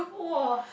!wah!